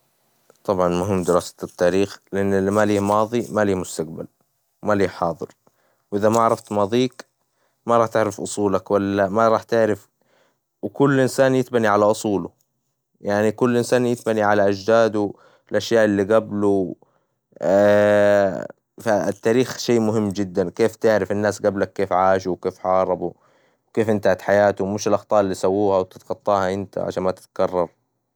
طبعًا مهم دراسة التاريخ لإن اللي ما ليه ماضي ما ليه مستجبل، وما ليه حاضر، وإذا ما عرفت ماضيك ما راح تعرف أصولك، والا ما راح تعرف وكل إنسان يتبني على أصوله، يعني كل إنسان يتبني على أجداده، الأشياء اللي جبله، التاريخ شي مهم جدًا، كيف تعرف الناس جبلك كيف عاشوا، وكيف حاربوا، وكيف انتهت حياتهم، وإيش الأخطاء اللي سووها وتتخطاها إنت عشان ما تتكرر.